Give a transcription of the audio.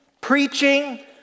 preaching